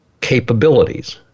capabilities